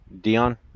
Dion